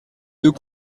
deux